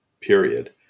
period